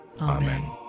Amen